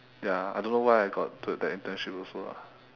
ya I don't know why I got to that internship also lah